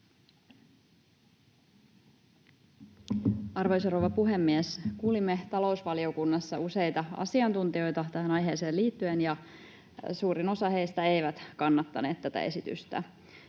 Arvoisa rouva puhemies! Kuulimme talousvaliokunnassa useita asiantuntijoita tähän aiheeseen liittyen, ja suurin osa heistä ei kannattanut tätä esitystä.